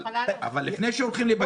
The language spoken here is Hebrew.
לפני שהולכים לבג"ץ,